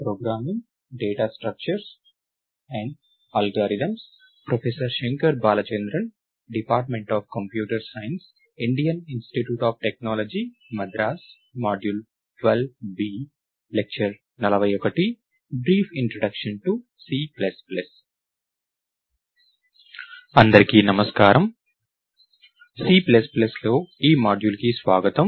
brief introduction to C plus plus అందరికీ నమస్కారం C plus ప్లస్లో ఈ మాడ్యూల్కి స్వాగతం